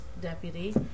deputy